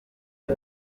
ndi